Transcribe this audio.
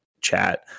chat